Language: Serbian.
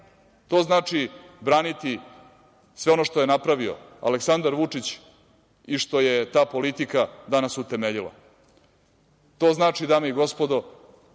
To znači braniti sve ono što je napravio Aleksandar Vučić i što je ta politika danas utemeljila. To znači, dame i gospodo,